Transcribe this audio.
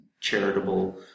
charitable